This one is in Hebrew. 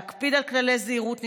להקפיד על כללי זהירות נדרשים,